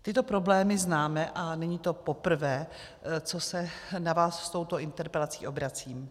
Tyto problémy známe a není to poprvé, co se na vás s touto interpelací obracím.